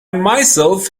myself